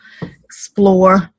explore